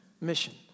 mission